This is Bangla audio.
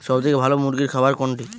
সবথেকে ভালো মুরগির খাবার কোনটি?